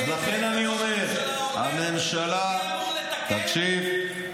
אז לכן אני אומר, הממשלה, תקשיב.